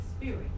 spirit